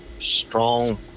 strong